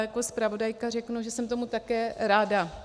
Jako zpravodajka řeknu, že jsem tomu také ráda.